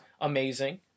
amazing